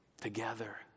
Together